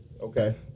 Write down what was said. Okay